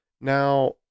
now